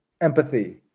empathy